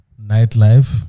nightlife